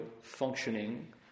functioning